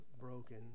broken